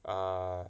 err